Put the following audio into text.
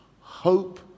Hope